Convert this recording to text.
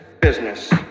Business